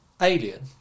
Alien